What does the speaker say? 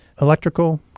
electrical